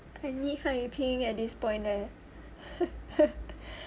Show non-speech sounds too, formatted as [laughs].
I need 汉语拼音 at this point leh [laughs]